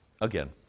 Again